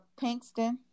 Pinkston